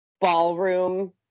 ballroom